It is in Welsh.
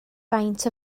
faint